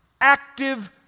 active